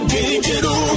digital